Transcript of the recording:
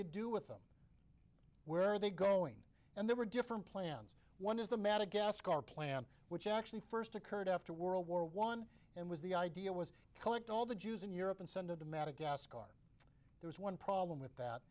you do with them where they go in and there were different plans one is the madagascar plan which actually first occurred after world war one and was the idea was to collect all the jews in europe and send them to madagascar there is one problem with that